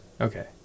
Okay